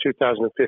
2015